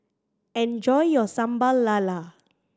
enjoy your Sambal Lala